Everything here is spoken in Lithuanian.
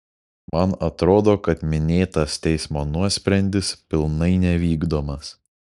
man atrodo kad minėtas teismo nuosprendis pilnai nevykdomas